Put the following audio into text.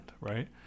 right